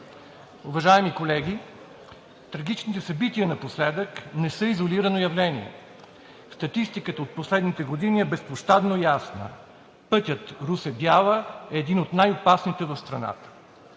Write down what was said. Уважаеми колеги, трагичните събития напоследък не са изолирано явление. Статистиката от последните години е безпощадно ясна. Пътят Русе – Бяла е един от най-опасните в страната.